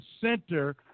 center